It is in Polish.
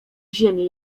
ziemię